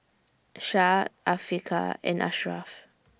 Syah Afiqah and Ashraf